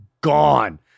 gone